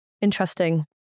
Interesting